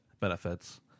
benefits